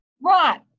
Right